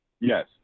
Yes